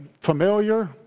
familiar